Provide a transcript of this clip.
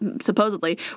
supposedly